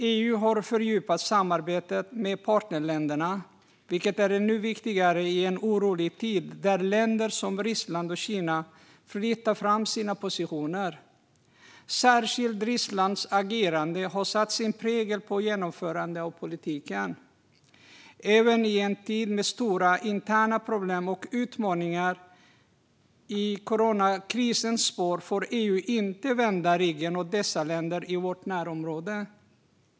EU har fördjupat samarbetet med partnerländerna, vilket är ännu viktigare i en orolig tid när länder som Ryssland och Kina flyttar fram sina positioner. Särskilt Rysslands agerande har satt sin prägel på genomförandet av politiken. I en tid med stora interna problem och utmaningar i coronakrisens spår får EU inte vända ryggen åt dessa länder i vårt närområde.